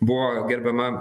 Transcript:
buvo gerbiama